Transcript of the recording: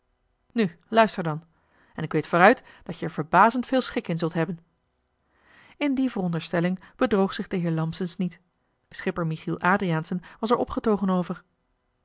nu luister dan en ik weet vooruit dat je er verbazend veel schik in zult hebben joh h been paddeltje de scheepsjongen van michiel de ruijter in die veronderstelling bedroog zich de heer lampsens niet schipper michiel adriaensen was er opgetogen